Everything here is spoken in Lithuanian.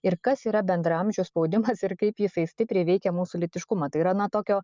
ir kas yra bendraamžių spaudimas ir kaip jisai stipriai veikia mūsų lytiškumą tai yra na tokio